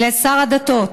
לשר הדתות,